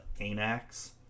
Anax